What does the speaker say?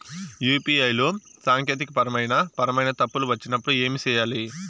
UPI లో సాంకేతికపరమైన పరమైన తప్పులు వచ్చినప్పుడు ఏమి సేయాలి